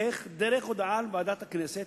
איך, דרך הודעה של ועדת הכנסת,